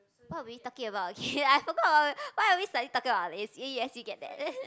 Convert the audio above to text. what are we talking about again I forgot what we why are we suddenly talking about yes you get that